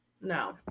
no